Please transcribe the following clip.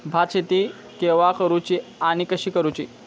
भात शेती केवा करूची आणि कशी करुची?